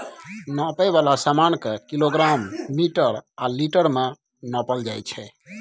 नापै बला समान केँ किलोग्राम, मीटर आ लीटर मे नापल जाइ छै